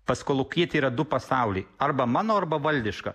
pas kolūkietį yra du pasauliai arba mano arba valdiška